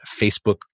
Facebook